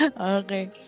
Okay